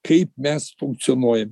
kaip mes funkcionuojam